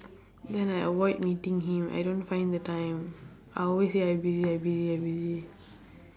then I avoid meeting him I don't find the time I always say I busy I busy I busy